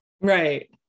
Right